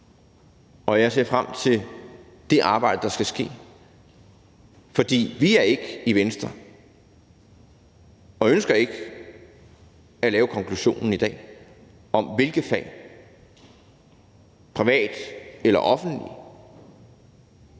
og jeg ser frem til det arbejde, der skal ske. For vi i Venstre ønsker ikke at lave konklusionen i dag om, hvilke fag, privat eller offentligt,